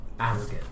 Arrogant